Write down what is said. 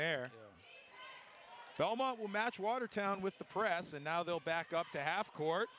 there to almost will match watertown with the press and now they'll back up to half court